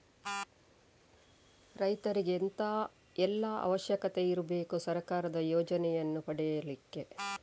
ರೈತರಿಗೆ ಎಂತ ಎಲ್ಲಾ ಅವಶ್ಯಕತೆ ಇರ್ಬೇಕು ಸರ್ಕಾರದ ಯೋಜನೆಯನ್ನು ಪಡೆಲಿಕ್ಕೆ?